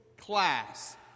class